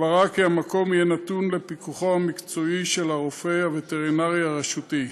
הבהרה שהמקום יהיה נתון לפיקוחו המקצועי של הרופא הווטרינרי הרשותי,